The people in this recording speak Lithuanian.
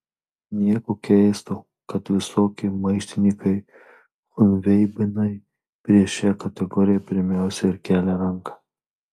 nieko keisto kad visokie maištininkai chunveibinai prieš šią kategoriją pirmiausia ir kelia ranką